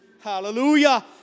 Hallelujah